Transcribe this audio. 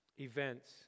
events